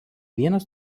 vienas